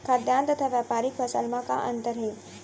खाद्यान्न तथा व्यापारिक फसल मा का अंतर हे?